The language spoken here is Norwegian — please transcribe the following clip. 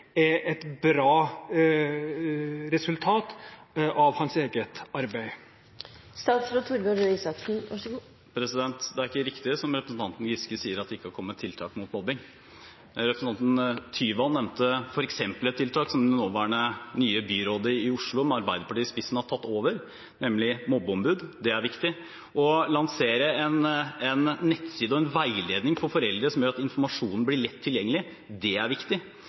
er et bra resultat av hans eget arbeid? Det er ikke riktig, det som representanten Giske sier, at vi ikke har kommet med tiltak mot mobbing. Representanten Tyvand nevnte f.eks. et tiltak som det nåværende, nye byrådet i Oslo, med Arbeiderpartiet i spissen, har tatt over, nemlig mobbeombud. Det er viktig. Å lansere en nettside og en veiledning for foreldre som gjør at informasjonen blir lett tilgjengelig, er viktig.